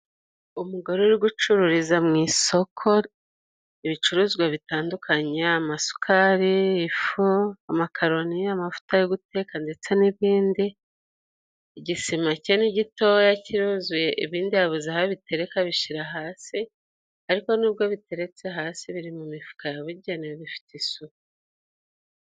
Umugore uri gucururiza mu isoko ibicuruzwa bitandukanye， amasukari，ifu，amakaroni，amavuta yo guteka ndetse n'ibindi. Igisima cye ni gitoya kiruzuye， ibindi yabuze aho abitereka， abishira hasi ariko n'ubwo biteretse hasi biri mu mifuka yabugenewe bifite isuku.